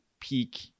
peak